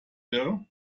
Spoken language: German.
wäre